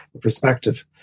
perspective